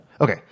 okay